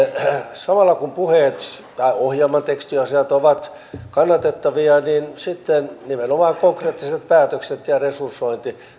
samalla kun puheet tai ohjelman tekstiasiat ovat kannatettavia niin sitten nimenomaan konkreettiset päätökset ja resursointi